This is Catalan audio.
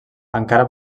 encara